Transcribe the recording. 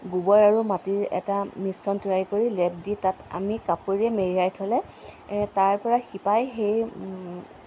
গোবৰ আৰু মাটিৰ এটা মিশ্ৰণ তৈয়াৰ কৰি লেপ দি তাত আমি কাপোৰেৰে মেৰিয়াই থ'লে তাৰ পৰাই শিপাই সেই